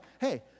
Hey